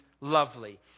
lovely